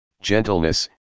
gentleness